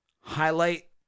highlight